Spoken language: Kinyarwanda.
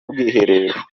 bwiherero